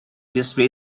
display